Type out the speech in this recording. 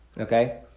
Okay